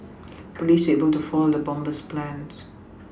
police were able to foil the bomber's plans